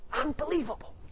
Unbelievable